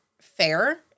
fair